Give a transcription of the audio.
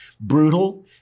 brutal